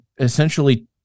essentially